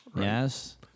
Yes